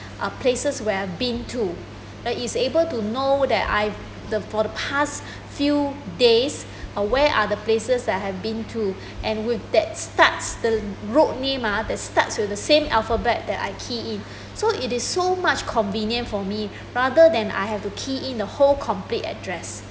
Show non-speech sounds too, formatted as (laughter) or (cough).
(breath) a place where I've been to is able to know that I for the past (breath) few days (breath) uh where are the places that I have been to and would that starts the road name uh that starts with the same alphabet that I key in (breath) so it is so much convenient for me (breath) rather than I have to key in the whole complete address